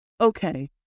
Okay